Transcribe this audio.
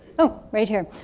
oh right here.